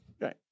Right